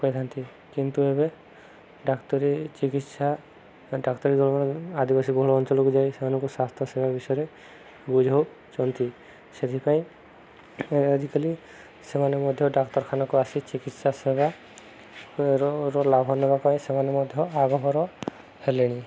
କହିଥାନ୍ତି କିନ୍ତୁ ଏବେ ଡାକ୍ତରୀ ଚିକିତ୍ସା ଡାକ୍ତରୀ ଦଳ ଆଦିବାସୀ ବହୁଳ ଅଞ୍ଚଳକୁ ଯାଇ ସେମାନଙ୍କୁ ସ୍ୱାସ୍ଥ୍ୟ ସେବା ବିଷୟରେ ବୁଝଉଛନ୍ତି ସେଥିପାଇଁ ଆଜିକାଲି ସେମାନେ ମଧ୍ୟ ଡାକ୍ତରଖାନାକୁ ଆସି ଚିକିତ୍ସା ସେବାର ଲାଭ ନେବା ପାଇଁ ସେମାନେ ମଧ୍ୟ ଆଗଭର ହେଲେଣି